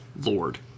Lord